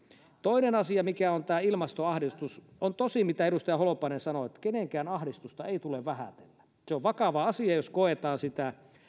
toinen asia on tämä ilmastoahdistus on tosi mitä edustaja holopainen sanoi kenenkään ahdistusta ei tule vähätellä on vakava asia jos sitä koetaan